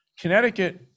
Connecticut